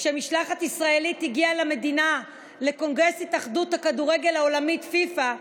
כשמשלחת ישראלית הגיעה למדינה לקונגרס התאחדות הכדורגל העולמית פיפ"א,